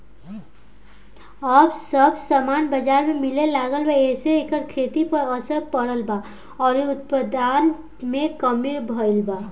अब सब सामान बजार में मिले लागल बा एसे एकर खेती पर असर पड़ल बा अउरी उत्पादन में कमी भईल बा